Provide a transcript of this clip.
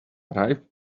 ripe